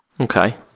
Okay